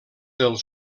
del